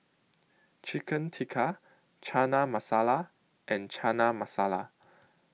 Chicken Tikka Chana Masala and Chana Masala